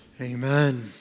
Amen